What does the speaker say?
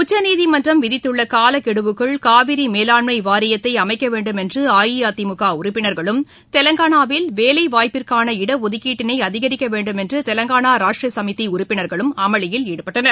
உச்சநீதிமன்றம் விதித்துள்ள காலக்கெடுவுக்குள் காவிரி மேலாண்மை வாரியத்தை அமைக்க வேண்டும் என்று அஇஅதிமுக உறுப்பினர்களும் தெலுங்கானாவில் வேலைவாய்ப்பிற்கான இடஒதுக்கீட்டினை அதிகரிக்கவேண்டும் என்று தெலுங்கானா ராஷ்ட்ரீய சமிதி உறுப்பினா்களும் அமளியில் ஈடுபட்டனர்